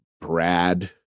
Brad